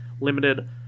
limited